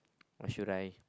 or should I